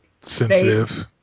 sensitive